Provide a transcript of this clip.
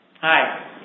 Hi